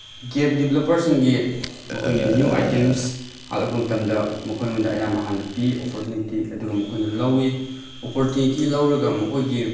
game ꯗꯤꯕ꯭ꯂꯞꯄꯔꯁꯤꯡꯒꯤ ꯃꯈꯣꯏꯒꯤ new items ꯍꯥꯞꯂꯛꯄ ꯃꯇꯝꯗ ꯃꯈꯣꯏꯉꯣꯟꯗ ꯑꯌꯥꯝꯕ ꯍꯥꯟꯅ ꯄꯤ ꯑꯣꯄꯣꯔꯆꯨꯅꯤꯇꯤ ꯑꯗꯨꯒ ꯃꯈꯣꯏꯅ ꯂꯧꯏ ꯑꯣꯄꯣꯔꯆꯨꯅꯤꯇꯤ ꯂꯧꯔꯒ ꯃꯈꯣꯏꯒꯤ